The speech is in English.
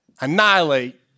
annihilate